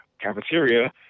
cafeteria